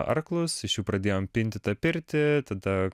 arklus iš jų pradėjom pinti tą pirtį tada